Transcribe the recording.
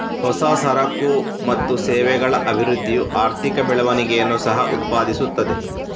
ಹೊಸ ಸರಕು ಮತ್ತು ಸೇವೆಗಳ ಅಭಿವೃದ್ಧಿಯು ಆರ್ಥಿಕ ಬೆಳವಣಿಗೆಯನ್ನು ಸಹ ಉತ್ಪಾದಿಸುತ್ತದೆ